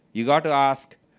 you've got to ask,